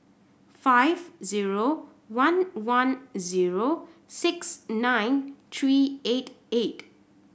five zero one one zero six nine three eight eight